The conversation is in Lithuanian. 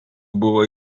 buvo